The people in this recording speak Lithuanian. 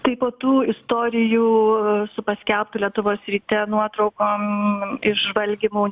tai po tų istorijų su paskelbtu lietuvos ryte nuotraukom išžvalgymų